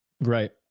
Right